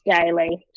daily